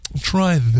Try